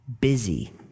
busy